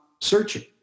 searching